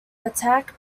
attack